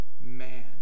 man